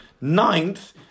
Ninth